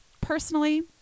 personally